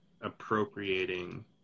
appropriating